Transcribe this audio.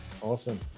Awesome